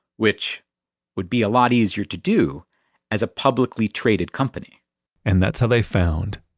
which would be a lot easier to do as a publicly traded company and that's how they found.